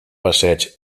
passeig